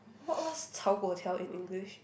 what what's 炒粿条 in English